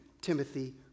Timothy